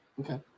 Okay